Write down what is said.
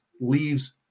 leaves